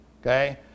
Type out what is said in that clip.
Okay